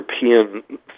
european